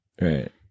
Right